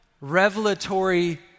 revelatory